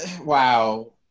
wow